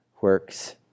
works